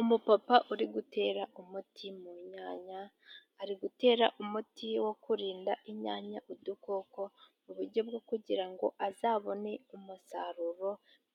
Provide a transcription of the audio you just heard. Umupapa uri gutera umuti mu nyanya, ari gutera umuti wo kurinda inyanya udukoko mu buryo bwo kugira ngo azabone umusaruro